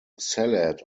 salad